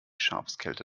schafskälte